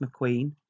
McQueen